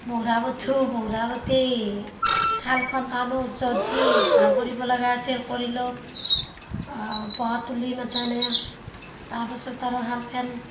মহুৰা বাতোঁ মহুৰা বতি শালখন টানো য'ত যি ভাল কৰিব লগা আছিল কৰি লওঁ ব তুলি তাৰপিছত আৰু শালখন